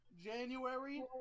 January